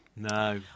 No